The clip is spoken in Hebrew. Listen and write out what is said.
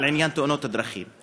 על עניין תאונות הדרכים,